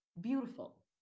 beautiful